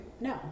No